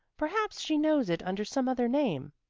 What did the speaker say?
perhaps she knows it under some other name.